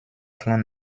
clan